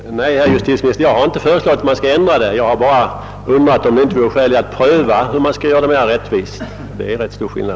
Herr talman! Nej, herr justitieminister, jag har inte föreslagit att man skall ändra reglerna för partistödet. Jag har bara undrat om det inte vore skäl i att pröva hur man skall göra dem mera rättvisa. Det är en rätt stor skillnad.